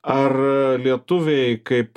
ar lietuviai kaip